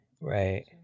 right